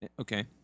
Okay